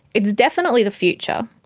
it's definitely the future,